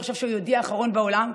הוא חשב שהוא היהודי האחרון בעולם,